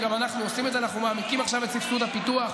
וגם אנחנו עושים את זה: אנחנו מעמיקים עכשיו את סבסוד הפיתוח,